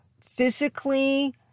physically